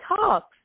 Talks